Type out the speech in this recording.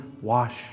wash